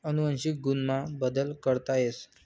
अनुवंशिक गुण मा बदल करता येस